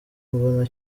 mbona